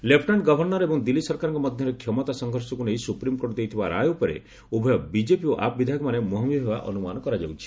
lieutenant governor ଏବଂ ଦିଲ୍ଲୀ ସରକାରଙ୍କ ମଧ୍ୟରେ କ୍ଷମତା ସଂଘର୍ଷକୁ ନେଇ ସୁପ୍ରିମକୋର୍ଟ ଦେଇଥିବା ରାୟ ଉପରେ ଉଭୟ ବିଜେପି ଓ ଆପ୍ ବିଧାୟକମାନେ ମୁହାଁମୁହିଁ ହେବା ଅନୁମାନ କରାଯାଉଛି